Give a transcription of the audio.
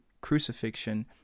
crucifixion